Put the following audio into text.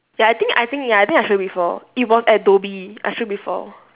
ya I think I think ya I think I show you before it was at dhoby I show you before